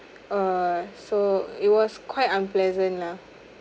uh so it was quite unpleasant lah